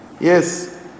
Yes